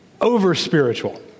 over-spiritual